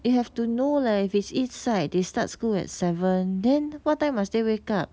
you have to know leh if it's east side they start school at seven then what time must they wake up